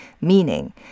Meaning